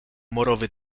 morowy